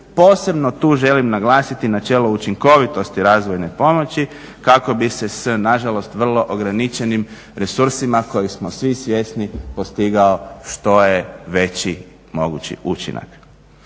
Posebno tu želim naglasiti načelo učinkovitosti razvojne pomoći kako bi se s nažalost vrlo ograničenim resursima kojih smo svi svjesni postigao što je veći mogući učinak.